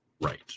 right